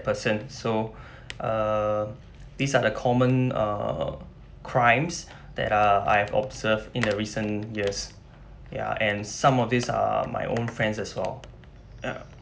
person so uh these are the common err crimes that are I've observed in the recent years ya and some of these are my own friends as well ya